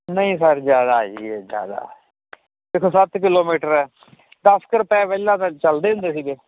ਨਹੀਂ ਸਰ ਜਿਆਦਾ ਜੀ ਇਹ ਜਿਆਦਾ ਦੇਖੋ ਸੱਤ ਕਿਲੋਮੀਟਰ ਐ ਦਸ ਕ ਰੁਪਏ ਪਹਿਲਾਂ ਤਾਂ ਚੱਲਦੇ ਹੁੰਦੇ ਸੀਗੇ